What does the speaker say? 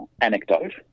anecdote